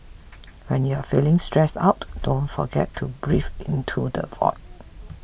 when you are feeling stressed out don't forget to into the void